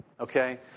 Okay